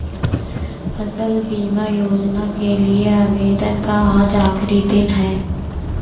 फसल बीमा योजना के लिए आवेदन का आज आखरी दिन है